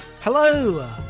hello